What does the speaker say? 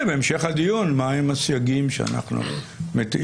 בהמשך הדיון מה הם הסייגים שאנחנו מטילים.